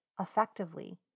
effectively